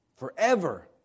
Forever